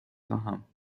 خواهم